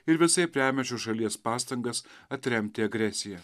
ir visaip remia šios šalies pastangas atremti agresiją